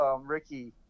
Ricky